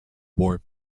war